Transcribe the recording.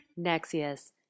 Nexius